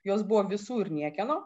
jos buvo visų ir niekieno